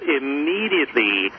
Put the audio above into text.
Immediately